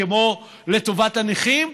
כמו לטובת הנכים,